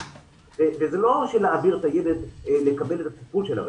וזה שלא להעביר את הילד לקבל את הטיפול של הרווחה,